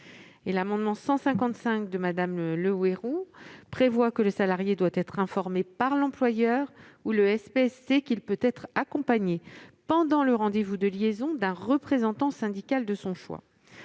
L'amendement n° 155 a pour objet de prévoir que le salarié doit être informé par l'employeur ou le SPST qu'il peut être accompagné, pendant le rendez-vous de liaison, d'un représentant syndical de son choix.